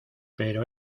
pero